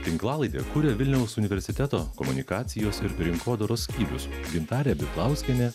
tinklalaidę kuria vilniaus universiteto komunikacijos ir rinkodaros skyrius gintarė bidlauskienė